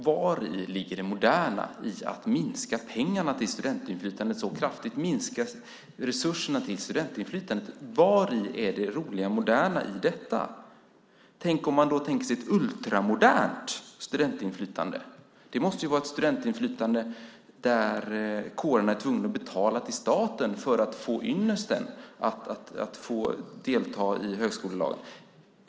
Var ligger det moderna i att minska pengarna till studentinflytandet så kraftigt, i att minska resurserna till studentinflytandet? Vad är det roliga och moderna i detta? Tänk om man då skulle ha ett ultramodernt studentinflytande! Det måste ju vara ett studentinflytande där kårerna är tvungna att betala till staten för att få ynnesten att leva upp till högskolelagen.